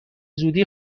زودی